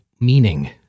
meaning